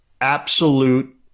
absolute